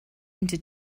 into